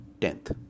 tenth